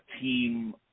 team